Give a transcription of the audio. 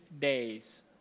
days